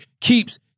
Keeps